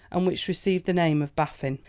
and which received the name of baffin.